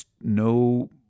no